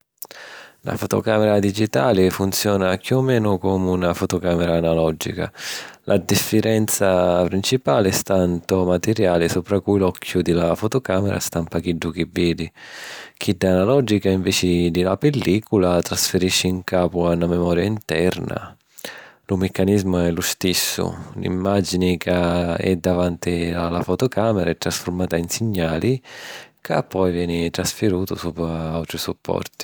Na fotocàmera digitali funziona chiù o menu comu na fotocàmera analògica. La diffirenza principali sta ntô matiriali supra cui l’occhiu di la fotocàmera stampa chiddu chi vidi. Chidda analògica, ‘nveci di la pillìcula, trasfirisci ncapu a na memoria interna. Lu miccanìsimu è lu stissu: n’imàgini ca è davanti a la fotocàmera è trasfurmata in signali, ca poi veni trasfirutu supra àutri supporti.